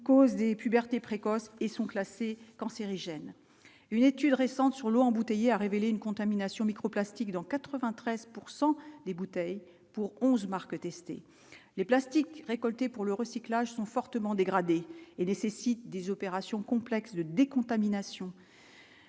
le QI cause des puberté précoce et sont classées cancérigènes, une étude récente sur l'eau embouteillée a révélé une contamination microplastiques dans 93 pourcent des bouteilles pour 11 marques testées les plastiques récoltés pour le recyclage sont fortement dégradés et nécessitent des opérations complexes de décontamination,